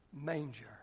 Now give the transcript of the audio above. manger